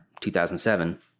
2007